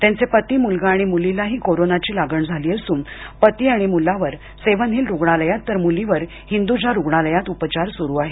त्यांचे पती मुलगा आणि मुलीलाही कोरोनाची लागण झाली असून पती आणि मुलावर सेव्हन हिल रुग्णालयात तर मुलीवर हिंदुजा रुग्णालयात उपचार सुरू आहेत